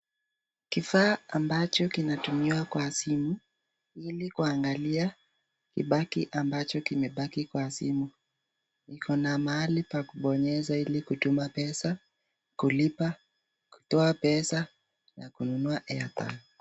Kifaa ambacho kinatumiwa kwa simu hili kuangalia kibaki ambacho kimebaki kwa simu. Iko na mahali pa kubonyeza hili kutuma pesa , kulipa ,kutoa pesa na kununua airtime .